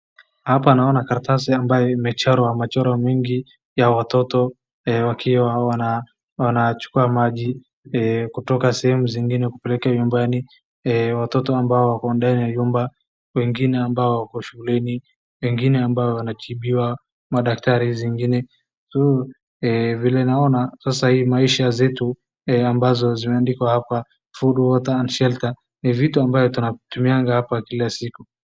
Hapa naona karatasi ambayo imechorwa machoro mingi ya watoto wakiwa wanachukua maji kutoka sehemu zingine kupeleka nyumbani watoto ambao wako ndani ya nyumba wengine ambao wako shuleni wengine abao wanatibiwa madaktari. Vile naona sasa hii maisha zetu ambazo zimeandikwa hapa food, water and shelter ni vitu ambayo tunatumianga hapa kila siku.